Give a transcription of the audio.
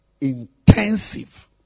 Intensive